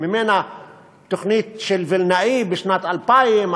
ובהן התוכנית של וילנאי בשנת 2000,